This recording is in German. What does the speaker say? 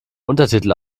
untertitel